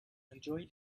enjoy